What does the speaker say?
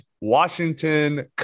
Washington